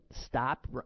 stop